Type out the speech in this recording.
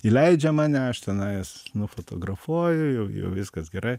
įleidžia mane aš tenais nufotografuoju jau jau viskas gerai